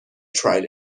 tried